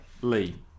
Lee